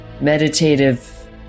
meditative